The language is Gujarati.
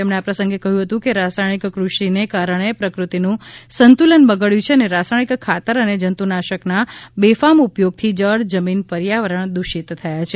તેમણે આ પ્રસંગે કહ્યું હતું કે રાસાયણિક ફષિને કારણે પ્રકૃતિનુ સંતુલન બગડયું છે અને રાસાયણિક ખાતર અને જંતુનાશકના બેફામ ઉપયોગથી જળ જમીન પર્યાવરણ દૂષિત થયા છે